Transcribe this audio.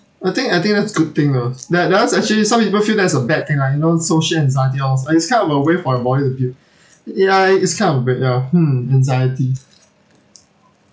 I think I think that's good thing ah that that one's actually some people feel that it's a bad thing lah you know social anxiety all uh it's kind of a way for your body to build y~ ya it's kind of weird ya hmm anxiety